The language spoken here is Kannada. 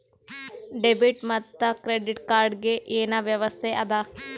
ಡೆಬಿಟ್ ಮತ್ತ ಕ್ರೆಡಿಟ್ ಕಾರ್ಡ್ ಗೆ ಏನ ವ್ಯತ್ಯಾಸ ಆದ?